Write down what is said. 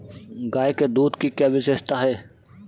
गाय के दूध की क्या विशेषता है?